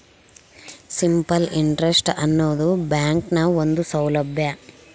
simple interest ಆನದು ಬ್ಯಾಂಕ್ನ ಒಂದು ಸೌಲಬ್ಯಾ